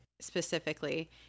specifically